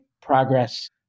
progress